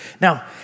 Now